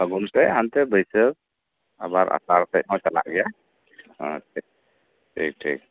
ᱯᱷᱟᱹᱜᱩᱱ ᱛᱮ ᱦᱟᱱᱛᱮ ᱵᱟᱹᱭᱥᱟᱹᱠᱷ ᱟᱵᱟᱨ ᱟᱥᱟᱲ ᱥᱮᱫ ᱦᱚᱸ ᱪᱟᱞᱟᱜ ᱜᱮᱭᱟ ᱴᱷᱤᱠ ᱴᱷᱤᱠ